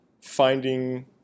finding